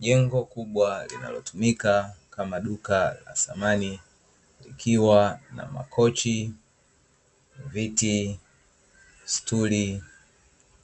Jengo kubwa linalotumika kama duka la samani likiwa na makochi, viti, stuli,